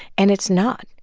and it's not.